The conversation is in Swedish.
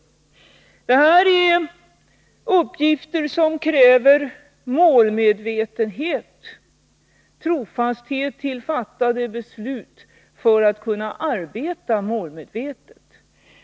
Dessa uppgifter kräver målmedvetenhet och trofasthet med avseende på fattade beslut. Annars kan man inte arbeta målmedvetet.